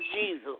Jesus